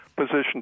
position